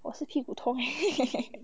我是屁股痛